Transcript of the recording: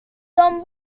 son